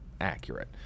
accurate